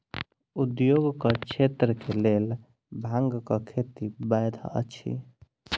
उद्योगक क्षेत्र के लेल भांगक खेती वैध अछि